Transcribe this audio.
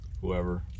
whoever